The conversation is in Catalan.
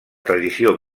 tradició